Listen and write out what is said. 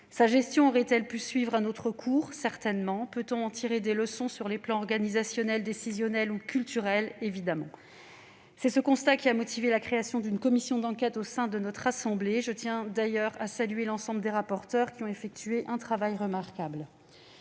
Sa gestion aurait-elle pu suivre un autre cours ? Certainement ! Peut-on en tirer des leçons sur les plans organisationnel, décisionnel et culturel ? Évidemment ! C'est ce constat qui a motivé la création d'une commission d'enquête au sein de notre assemblée. Je tiens d'ailleurs à saluer l'ensemble des rapporteurs qui ont accompli un travail remarquable.